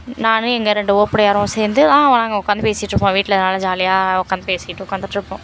நானும் எங்கள் ரெண்டு ஓப்படியாரும் சேர்ந்து தான் வ நாங்கள் உக்காந்து பேசிட்டுருப்போம் வீட்டில் நல்லா ஜாலியாக உக்காந்து பேசிட்டு உக்காந்துட்ருப்போம்